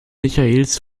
michaelis